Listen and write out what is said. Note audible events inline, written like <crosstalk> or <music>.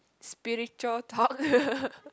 spiritual talk <laughs>